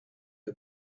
the